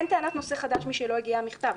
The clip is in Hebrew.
אין טענת נושא חדש משלא הגיע המכתב.